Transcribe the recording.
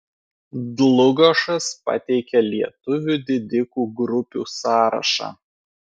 dlugošas pateikia lietuvių didikų grupių sąrašą